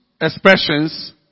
expressions